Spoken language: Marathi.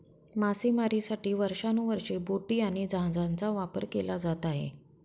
मासेमारीसाठी वर्षानुवर्षे बोटी आणि जहाजांचा वापर केला जात आहे